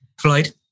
Floyd